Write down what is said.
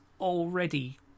already